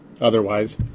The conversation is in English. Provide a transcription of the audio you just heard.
otherwise